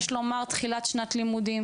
יש לומר תחילת שנת לימודים